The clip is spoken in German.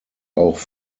auch